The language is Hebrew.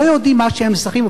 לא יודעים מה שהם סחים.